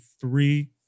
three